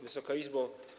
Wysoka Izbo!